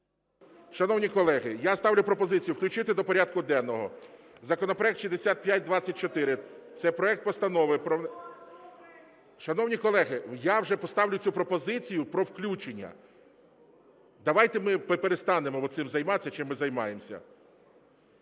Шановні колеги, я ставлю пропозицію включити до порядку денного законопроект 6524. Це проект Постанови про… Шановні колеги, я вже поставлю цю пропозицію про включення. Давайте ми перестанемо оцим займатися, чим ми займаємося.